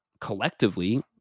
collectively